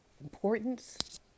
importance